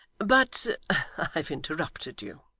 but i have interrupted you